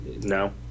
No